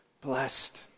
Blessed